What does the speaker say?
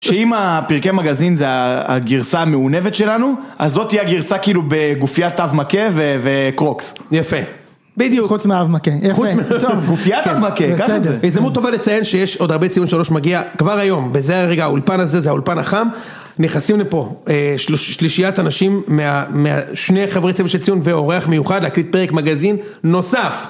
שאם הפרקי מגזין זה הגרסה המעונבת שלנו, אז זאת תהיה גרסה כאילו בגופיית אב מכה וקרוקס. יפה, בדיוק. חוץ מהאב מכה, יפה, טוב. גופיית אב מכה, ככה זה. זה הזדמנות טובה לציין שיש עוד הרבה ציון שלוש מגיע כבר היום, בזה הרגע האולפן הזה זה האולפן החם. נכנסים לפה שלישיית אנשים, מהשני חברי צוות של ציון ואורך מיוחד להקליט פרק מגזין נוסף.